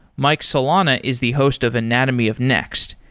mike solana is the host of anatomy of next,